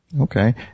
Okay